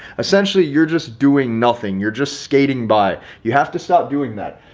essentially, you're just doing nothing you're just skating by, you have to stop doing that.